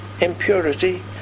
impurity